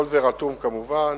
כל זה רתום, כמובן,